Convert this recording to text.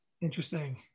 Interesting